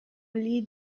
lit